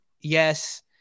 yes